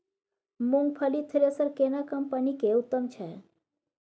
मूंगफली थ्रेसर केना कम्पनी के उत्तम छै?